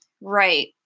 Right